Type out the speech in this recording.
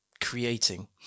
creating